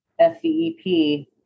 SCEP